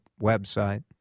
website